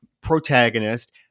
protagonist